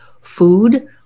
food